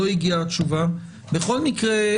לא הגיעה התשובה בכל מקרה,